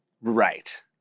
Right